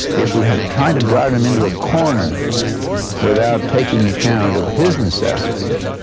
if we had tried to drive him into a corner without taking account of his necessities,